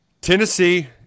Tennessee